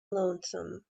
lonesome